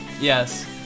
Yes